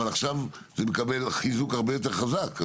אבל עכשיו זה מקבל חיזוק הרבה יותר חזק.